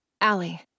Allie